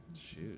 Shoot